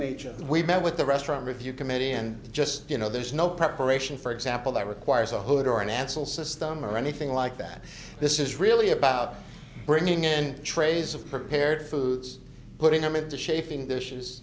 nature we've had with the restaurant review committee and just you know there's no preparation for example that requires a hood or an answer system or anything like that this is really about bringing in trays of prepared foods putting them into shaping